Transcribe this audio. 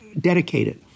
dedicated